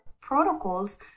protocols